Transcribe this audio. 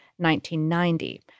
1990